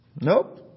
Nope